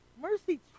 Mercy